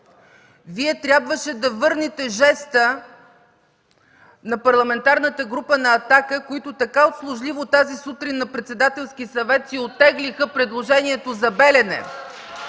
Вие трябваше да върнете жеста на Парламентарната група на „Атака”, които така услужливо тази сутрин на Председателски съвет си оттеглиха предложението за „Белене”